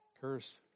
curse